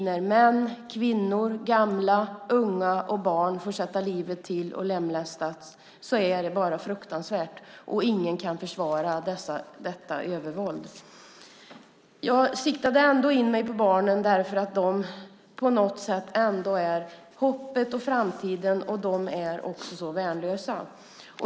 När män, kvinnor, gamla, unga och barn får sätta livet till och lemlästas i krig är det bara fruktansvärt. Ingen kan försvara detta övervåld. Jag siktade in mig på barnen därför att de på något sätt ändå är hoppet och framtiden. De är också så värnlösa.